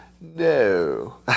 No